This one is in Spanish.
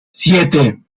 siete